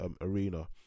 arena